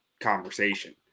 conversation